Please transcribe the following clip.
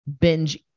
binge